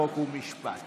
חוק ומשפט